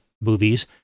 movies